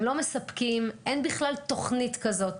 הם לא מספקים ואין בכלל תוכנית כזאת,